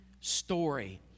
story